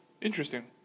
Interesting